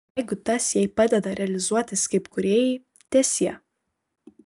jeigu tas jai padeda realizuotis kaip kūrėjai teesie